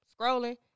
scrolling